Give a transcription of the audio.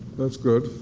that's good.